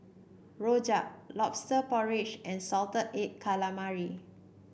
rojak lobster porridge and Salted Egg Calamari